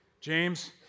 James